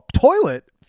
toilet